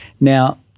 Now